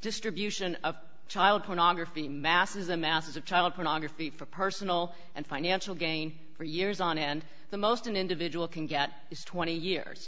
distribution of child pornography masses and masses of child pornography for personal and financial gain for years on end the most an individual can get is twenty years